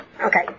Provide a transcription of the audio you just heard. Okay